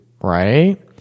right